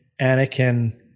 Anakin